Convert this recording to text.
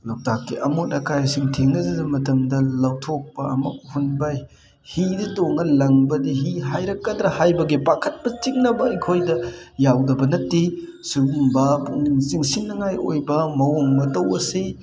ꯂꯣꯛꯇꯥꯛꯀꯤ ꯑꯃꯣꯠ ꯑꯀꯥꯏꯁꯤꯡ ꯊꯦꯡꯅꯖꯕ ꯃꯇꯝꯗ ꯂꯧꯊꯣꯛꯄ ꯑꯃꯨꯛ ꯍꯨꯟꯕ ꯍꯤꯗ ꯇꯣꯡꯉ ꯂꯪꯕꯗꯤ ꯍꯤ ꯍꯥꯏꯔꯛꯀꯗ꯭ꯔꯥ ꯍꯥꯏꯕꯒꯤ ꯄꯥꯈꯠꯄ ꯆꯤꯡꯅꯕ ꯑꯩꯈꯣꯏꯗ ꯌꯥꯎꯗꯕ ꯅꯠꯇꯦ ꯁꯨꯒꯨꯝꯕ ꯄꯨꯛꯅꯤꯡ ꯆꯤꯡꯁꯤꯟ ꯅꯤꯡꯉꯥꯏ ꯑꯣꯏꯕ ꯃꯋꯣꯡ ꯃꯇꯧ ꯑꯁꯤ